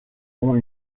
ont